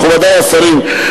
מכובדי השרים,